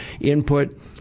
input